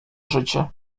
życie